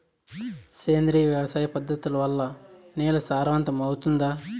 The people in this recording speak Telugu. సేంద్రియ వ్యవసాయ పద్ధతుల వల్ల, నేల సారవంతమౌతుందా?